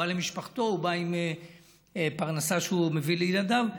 הוא בא למשפחתו עם פרנסה שהוא מביא לילדיו,